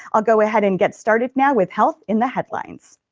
i will go ahead and get started now with health in the headlines.